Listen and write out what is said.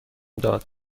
داد